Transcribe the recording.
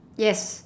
yes